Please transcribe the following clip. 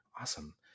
awesome